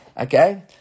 Okay